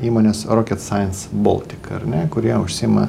įmonės rocets saids boltic ar ne kurie užsiima